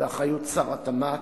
באחריות שר התמ"ת,